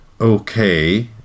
okay